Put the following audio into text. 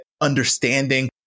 understanding